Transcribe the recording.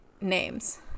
names